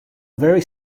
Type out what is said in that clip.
very